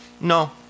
no